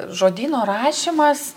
žodyno rašymas